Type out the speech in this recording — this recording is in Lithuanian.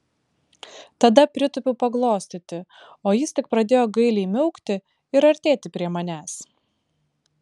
tada pritūpiau paglostyti o jis tik pradėjo gailiai miaukti ir artėti prie manęs